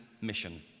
mission